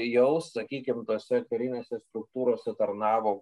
jau sakykim tose karinėse struktūrose tarnavo